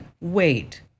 wait